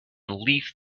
leafed